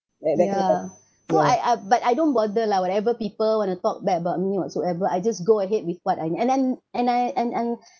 yeah so I I but I don't bother lah whatever people want to talk bad about me whatsoever I just go ahead with what want and then and I and and